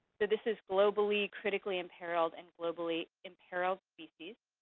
this is globally critically imperiled and globally imperiled species.